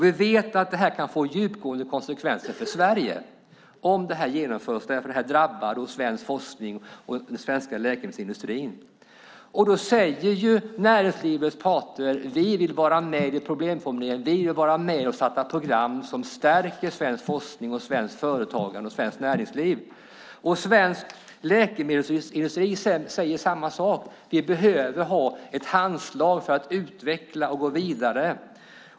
Vi vet att det kan få djupgående konsekvenser för Sverige om det här genomförs. Det drabbar svensk forskning och den svenska läkemedelsindustrin. Näringslivets parter säger: Vi vill vara med vid problemformuleringen. Vi vill vara med och starta program som stärker svensk forskning, svenskt företagande och svenskt näringsliv. Svensk läkemedelsindustri säger samma sak. Vi behöver ha ett handslag för att utveckla och gå vidare.